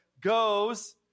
goes